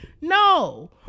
No